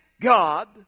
God